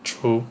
true